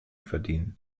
verdienen